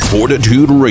Fortitude